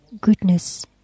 goodness